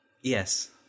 Yes